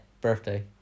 birthday